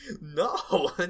No